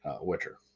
Witcher